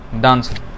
Dancing